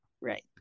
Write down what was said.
right